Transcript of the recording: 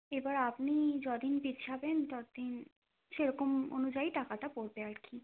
এবার আপনি যতদিন পেছাবেন ততদিন সেরকম অনুযায়ী টাকাটা পড়বে আর কি